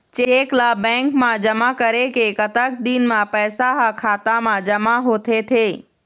Cheque ला bank मा जमा करे के कतक दिन मा पैसा हा खाता मा जमा होथे थे?